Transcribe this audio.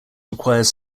requires